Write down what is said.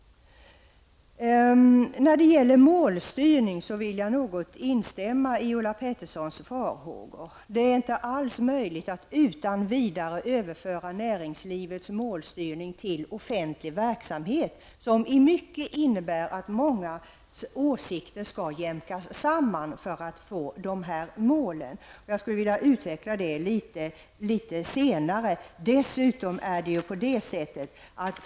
När det gäller målstyrning instämmer jag något i Ulla Petterssons farhågor. Det är inte alls möjligt att utan vidare överföra näringslivets målstyrning till offentlig verksamhet, som i mycket innebär att många åsikter skall jämkas samman för att man skall kunna nå målet. Jag skall utveckla detta litet senare.